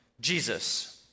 Jesus